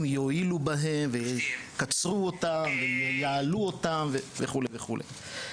יועילו בהם ויקצרו אותם ויעלו אותם וכו' וכו'.